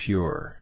Pure